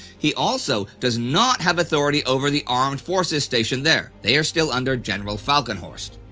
he also does not have authority over the armed forces stationed there they are still under general falkenhorst.